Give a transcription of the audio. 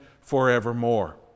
forevermore